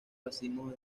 racimos